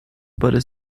para